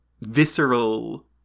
visceral